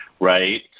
right